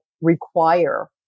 require